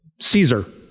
Caesar